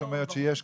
הם אומרים שאין כסף,